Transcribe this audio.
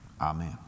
Amen